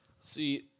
See